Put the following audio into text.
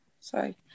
sorry